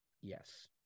Yes